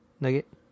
nugget